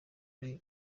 ari